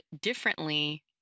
differently